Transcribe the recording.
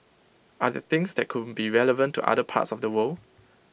are there things that could be relevant to other parts of the world